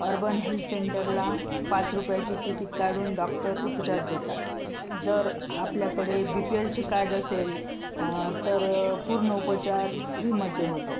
urban health सेंटरला पाच रुपयाची तिकीट काढून डॉक्टर उपचार देतात जर आपल्याकडे बी पी एलचे कार्ड असेल तर पूर्ण उपचार फ्रीमध्ये होतो